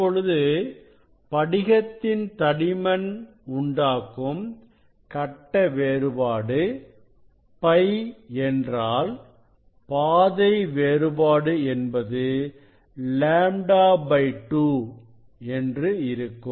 இப்பொழுது படிகத்தின் தடிமன் உண்டாக்கும் கட்ட வேறுபாடு π என்றாள் பாதை வேறுபாடு என்பது λ 2 என்று இருக்கும்